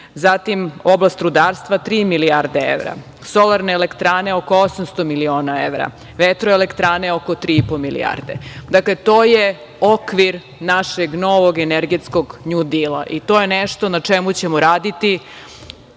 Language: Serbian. zatim oblast rudarstva tri milijarde evra, solarne elektrane oko 800 miliona evra, vetroelektrane oko 3,5 milijarde. Dakle, to je okvir našeg novog energetskog nju dila i to je nešto na čemu ćemo raditi,